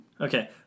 Okay